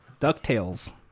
Ducktales